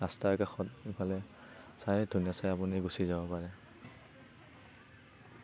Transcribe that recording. ৰাস্তাৰ কাষত এইফালে চাই ধুনীয়াচে আপুনি গুচি যাব পাৰে